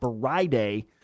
Friday